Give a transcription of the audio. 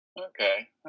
Okay